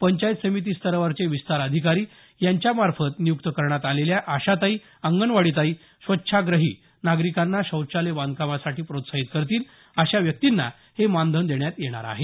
पंचायत समिती स्तरावरचे विस्तार अधिकारी यांच्या मार्फत नियुक्त करण्यात आलेल्या आशाताई अंगणवाडीताई स्वच्छाग्रही नागरिकांना शौचालय बांधकामासाठी प्रोत्साहीत करतील अशा व्यक्तींना हे मानधन देण्यात येणार आहे